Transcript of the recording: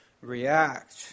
react